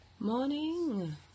Morning